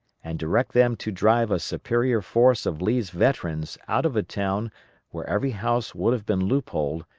and direct them to drive a superior force of lee's veterans out of a town where every house would have been loop-holed,